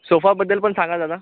सोफाबद्दल पण सांगा दादा